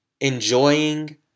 enjoying